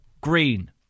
Green